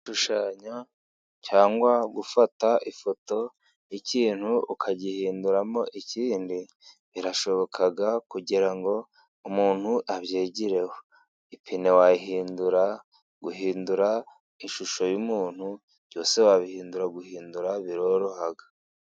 Gushushanya cyangwa gufata ifoto y'ikintu ukagihinduramo ikindi, birashoboka kugira ngo umuntu abyegireho. Ipine wayihindura, guhindura ishusho y'umuntu byose wabihindura. Guhindura biroroha.